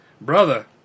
Brother